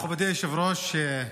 מכובדי היושב-ראש,